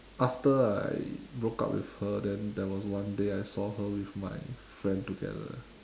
after I broke up with her then there was one day I saw her with my friend together